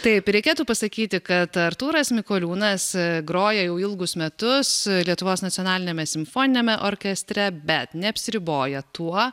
taip reikėtų pasakyti kad artūras mikoliūnas groja jau ilgus metus lietuvos nacionaliniame simfoniniame orkestre bet neapsiriboja tuo